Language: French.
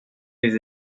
les